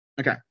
Okay